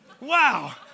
Wow